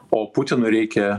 o putinui reikia